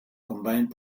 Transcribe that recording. combined